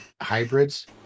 hybrids